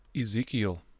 Ezekiel